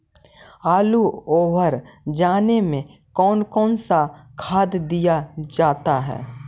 आलू ओवर जाने में कौन कौन सा खाद दिया जाता है?